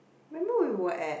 remember we were at